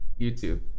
youtube